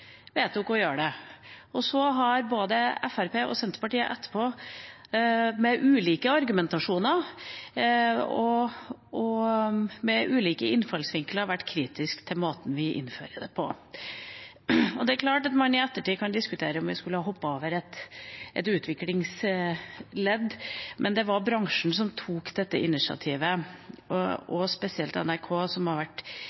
vedtok å gjøre dette. Så har både Fremskrittspartiet og Senterpartiet etterpå, med ulik argumentasjon og med ulike innfallsvinkler, vært kritisk til måten vi innfører det på. Det er klart at man i ettertid kan diskutere om vi skulle ha hoppet over et utviklingsledd, men det var bransjen som tok dette initiativet,